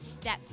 step